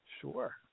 Sure